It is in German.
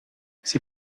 sie